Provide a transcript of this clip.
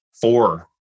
four